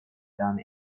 done